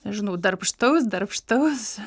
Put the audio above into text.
nežinau darbštaus darbštaus